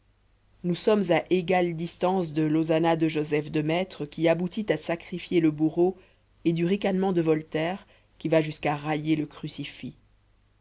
nous sommes à égale distance de l'hosanna de joseph de maistre qui aboutit à sacrer le bourreau et du ricanement de voltaire qui va jusqu'à railler le crucifix